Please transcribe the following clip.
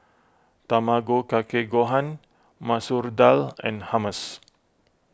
Tamago Kake Gohan Masoor Dal and Hummus